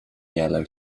yellow